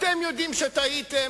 אתם יודעים שטעיתם,